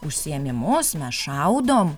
užsiėmimus mes šaudom